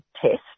test